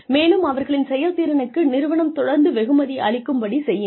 மேலும் அவர்களின் செயல்திறனுக்கு நிறுவனம் தொடர்ந்து வெகுமதி அளிக்கும்படி செய்யுங்கள்